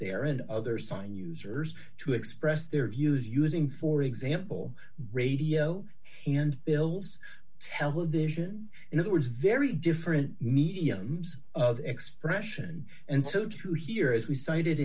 there and other sign users to express their views using for example radio and bills television in other words very different mediums of expression and sold through here as we cited